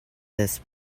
this